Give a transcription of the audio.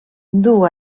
duu